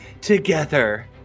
together